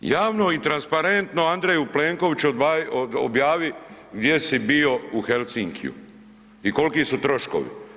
Javno i transparentno Andreju Plenkoviću objavi gdje si bio u Helsinkiju i kolki su troškovi?